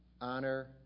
honor